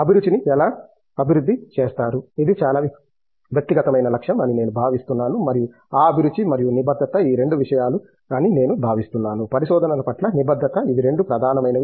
అభిరుచిని మీరు ఎలా అభివృద్ధి చేస్తారు ఇది చాలా వ్యక్తిగతమైన లక్ష్యం అని నేను భావిస్తున్నాను మరియు ఆ అభిరుచి మరియు నిబద్ధత ఈ రెండు విషయాలు అని నేను భావిస్తున్నాను పరిశోధన పట్ల నిబద్ధత ఇవి రెండు ప్రధానమైనవి